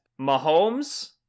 Mahomes